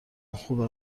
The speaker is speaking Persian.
خوبه